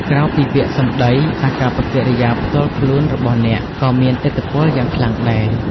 ក្រៅពីពាក្យសម្ដី អាកប្បកិរិយាផ្ទាល់ខ្លួនរបស់អ្នកក៏មានឥទ្ធិពលយ៉ាងខ្លាំងដែរ។